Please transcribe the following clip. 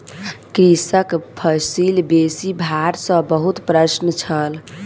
कृषक फसिल बेसी भार सॅ बहुत प्रसन्न छल